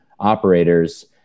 operators